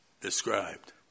described